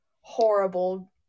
horrible